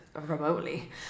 remotely